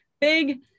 big